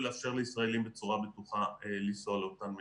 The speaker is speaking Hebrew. ולאפשר לישראלים בצורה בטוחה לנסוע לאותן מדינות.